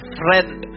friend